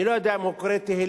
אני לא יודע אם הוא קורא תהילים